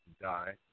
die